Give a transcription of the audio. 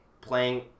playing